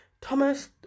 Thomas